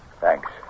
Thanks